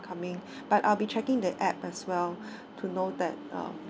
coming but I'll be checking the app as well to know that uh